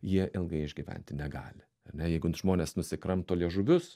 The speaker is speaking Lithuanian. jie ilgai išgyventi negali ar ne jeigu žmonės nusikramto liežuvius